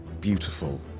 beautiful